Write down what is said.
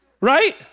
Right